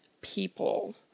people